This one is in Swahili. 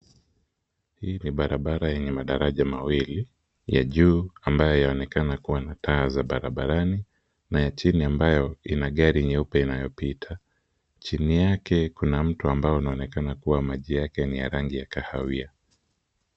Hii ni barabara yenye madaraja mawili ya juu ambayo yanaonekana kuwa na taa za barabarani na ya chini ambayo ina gari nyeupe inayopita, chini yake kuna mto ambao unaonekana kuwa maji yake ni ya rangi ya kahawia.